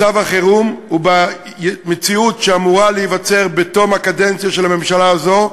מצב החירום הוא במציאות שאמורה להיווצר בתום הקדנציה של הממשלה הזאת,